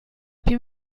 più